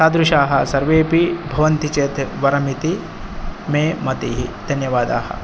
तादृशाः सर्वेऽपि भवन्ति चेत् वरमिति मे मतिः धन्यवादाः